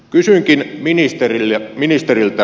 kysynkin ministeriltä